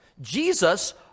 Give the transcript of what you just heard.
Jesus